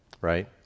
right